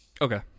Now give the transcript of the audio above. Okay